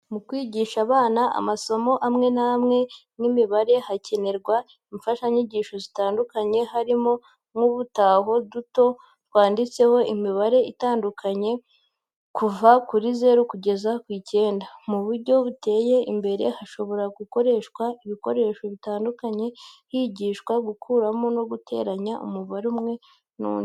Mu kwigisha abana amasomo amwe n'amwe nk'imibare hakenerwa imfashanyigisho zitandukanye harimo nk'utubaho duto twanditseho imibare itandukanye kuva kuri zero kugeza ku icyenda. Mu buryo buteye imbere hashobora gukoreshwa ibikoresho bitandukanye higishwa gukuramo no guteranya umubare umwe n'undi.